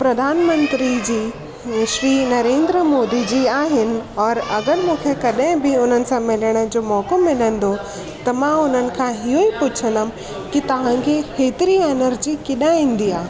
प्रधानमंत्री जी श्री नरेंद्र मोदी जी आहिनि और अगरि मूंखे कॾहिं बि उन सां मिलण जो मौको मिलंदो त मां उन्हनि खां इहो ई पुछंदमि कि तव्हांखे हेतिरी एनर्जी किथां ईंदी आहे